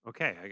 Okay